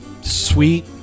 Sweet